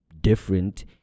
different